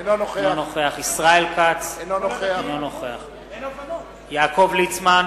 אינו נוכח ישראל כץ, אינו נוכח יעקב ליצמן,